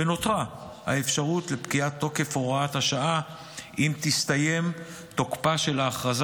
ונותרה האפשרות לפקיעת תוקף הוראת השעה אם תסתיים תוקפה של ההכרזה